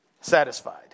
satisfied